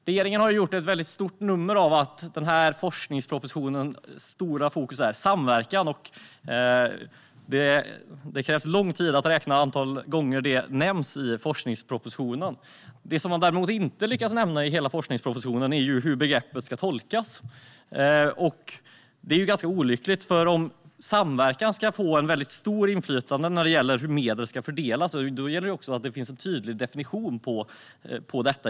Regeringen har gjort ett väldigt stort nummer av att den här forskningspropositionens stora fokus är samverkan. Det krävs lång tid för att räkna antalet gånger det nämns i forskningspropositionen. Det som man däremot inte lyckas nämna i hela forskningspropositionen är hur begreppet ska tolkas. Det är ganska olyckligt. Om samverkan ska få ett väldigt stort inflytande när det gäller hur medel ska fördelas gäller det också att det finns en tydligare definition av detta.